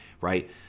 right